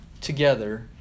together